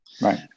right